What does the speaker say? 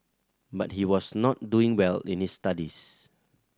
but he was not doing well in his studies